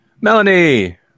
Melanie